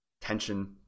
tension